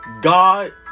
God